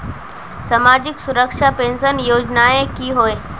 सामाजिक सुरक्षा पेंशन योजनाएँ की होय?